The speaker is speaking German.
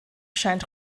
scheint